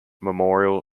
memorial